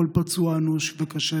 כל פצוע אנוש וקשה,